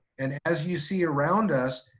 and as you see around us,